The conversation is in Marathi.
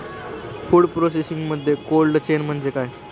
फूड प्रोसेसिंगमध्ये कोल्ड चेन म्हणजे काय?